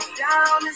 down